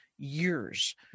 years